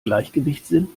gleichgewichtssinn